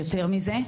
יותר מזה,